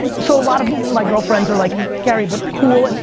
so a lot of my girl friends are like, gary but cool, and